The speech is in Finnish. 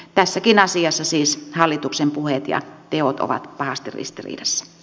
tässäkin asiassa siis hallituksen puheet ja teot ovat pahasti ristiriidassa